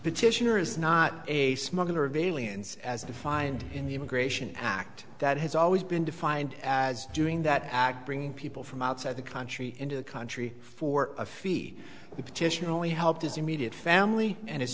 petitioner is not a smuggler of aliens as defined in the immigration act that has always been defined as doing that act bringing people from outside the country into the country for a fee the petition only help his immediate family and his